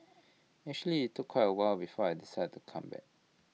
actually IT took quite A while before I decided to come back